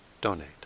donate